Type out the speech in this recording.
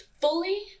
fully